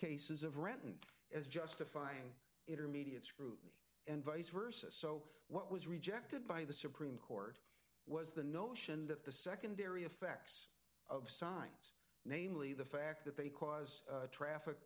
cases of renton as justifying intermediate screw and vice versa so what was rejected by the supreme court was the notion that the secondary effects of signs namely the fact that they cause traffic